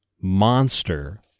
monster